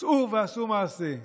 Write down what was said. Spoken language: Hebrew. צאו ועשו מעשה.